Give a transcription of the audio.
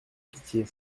pitié